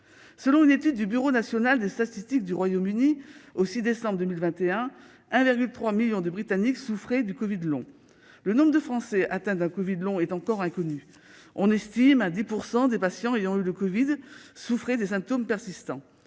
Selon une étude du Bureau national des statistiques du Royaume-Uni, au 6 décembre 2021, quelque 1,3 million de Britanniques souffraient du covid long. Quant au nombre de Français atteints d'un covid long, il est encore inconnu. On estime que 10 % des patients ayant eu le covid souffrent de symptômes persistants.